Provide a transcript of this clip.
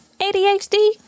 ADHD